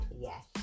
Yes